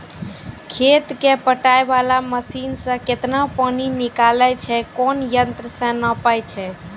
खेत कऽ पटाय वाला मसीन से केतना पानी निकलैय छै कोन यंत्र से नपाय छै